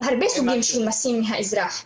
הרבה סוגים של מסים מהאזרח,